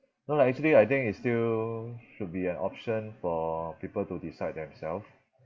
no lah actually I think it's still should be an option for people to decide themself